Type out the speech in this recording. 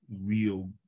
real